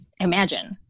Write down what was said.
imagine